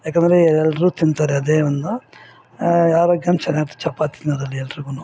ಯಾಕಂದರೆ ಎಲ್ಲರು ತಿಂತಾರೆ ಅದೇ ಅನ್ನ ಆರೋಗ್ಯ ಚೆನ್ನಾಗಿರತ್ತೆ ಚಪಾತಿ ತಿನ್ನೋದರಲ್ಲಿ ಎಲ್ರಿಗು